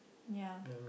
ya